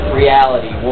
reality